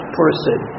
person